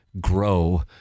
grow